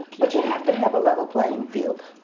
but you have to have a level playing field.